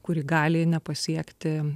kuri gali nepasiekti